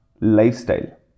lifestyle